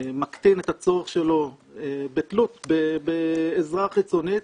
מקטין את הצורך שלו בתלות בעזרה חיצונית,